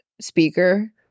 speaker